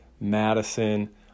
Madison